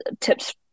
tips